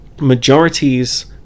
majorities